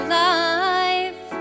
life